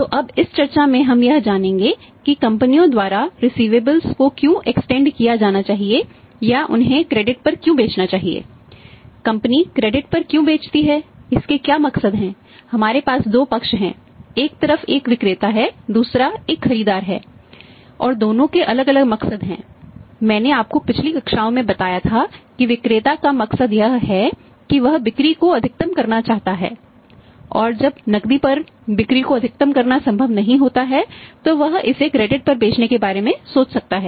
तो अब इस चर्चा में हम यह जानेंगे कि कंपनियों द्वारा रिसिवेबल्स पर बेचने के बारे में सोच सकता है